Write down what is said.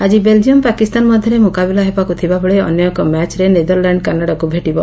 ଆକି ବେଲ୍ଜିୟମ୍ ପାକିସ୍ତାନ ମଧାରେ ମୁକାବିଲା ହେବାକୁ ଥିବା ବେଳେ ଅନ୍ୟ ଏକ ମ୍ୟାଚ୍ରେ ନେଦରଲ୍ୟାଣ୍ଡ କାନାଡାକୁ ଭେଟିବ